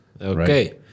Okay